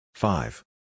Five